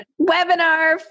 webinar